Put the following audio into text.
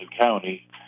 County